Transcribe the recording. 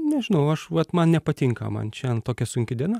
nežinau aš vat man nepatinka man šiandien tokia sunki diena